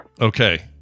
Okay